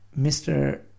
Mr